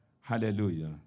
hallelujah